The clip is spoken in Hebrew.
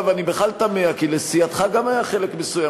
אגב, אני בכלל תמה, כי לסיעתך גם היה חלק מסוים.